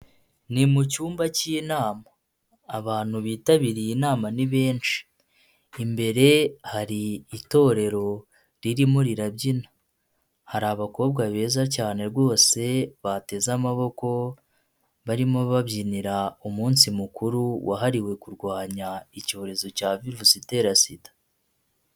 Ni mu cyumba cy'inama, abantu bitabiriye inama ni benshi, imbere hari itorero ririmo rirabyina, hari abakobwa beza cyane rwose bateze amaboko barimo babyinira umunsi mukuru wahariwe kurwanya icyorezo cya virusi itera sida.